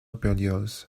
berlioz